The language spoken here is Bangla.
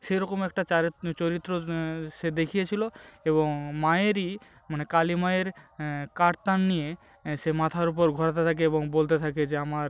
সেরকম একটা চরিত্র সে দেখিয়েছিল এবং মায়েরই মানে কালী মায়ের কাতান নিয়ে সে মাথার ওপর ঘোরাতে থাকে এবং বলতে থাকে যে আমার